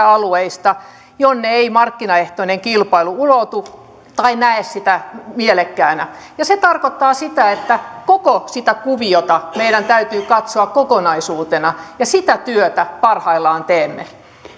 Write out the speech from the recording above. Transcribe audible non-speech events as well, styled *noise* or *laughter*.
*unintelligible* alueista jonne ei markkinaehtoinen kilpailu ulotu tai näe sitä mielekkäänä se tarkoittaa sitä että koko sitä kuviota meidän täytyy katsoa kokonaisuutena ja sitä työtä parhaillaan teemme